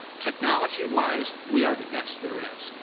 technology-wise, we are the best there is.